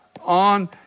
on